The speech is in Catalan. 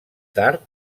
tard